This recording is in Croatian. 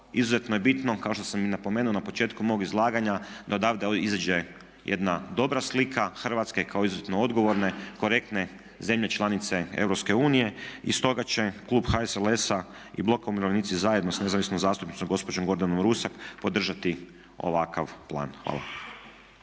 izuzetno je bitno kao što sam i napomenuo na početku mog izlaganja da odavde izađe jedna dobra slika Hrvatske kao izuzetno odgovorne, korektne zemlje članice EU. Stoga će klub HSLS-a i BUZ-a s nezavisnom zastupnicom gospođom Gordanom Rusak podržati ovakav plan. Hvala.